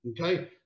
okay